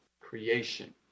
creation